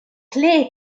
clef